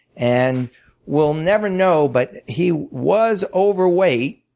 and we'll never know but he was overweight